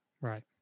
Right